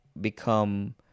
become